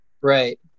Right